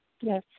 Yes